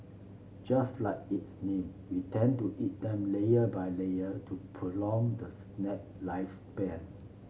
just like its name we tend to eat them layer by layer to prolong the snack lifespan